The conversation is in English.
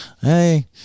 Hey